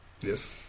Yes